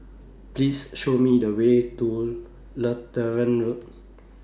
Please Show Me The Way to Lutheran Road